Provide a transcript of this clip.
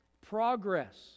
progress